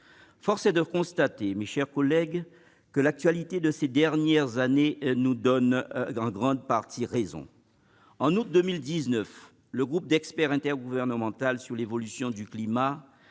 Force est de constater, mes chers collègues, que l'actualité de ces dernières années leur donne en grande partie raison. En août 2019, le Groupe d'experts intergouvernemental sur l'évolution du climat